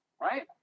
right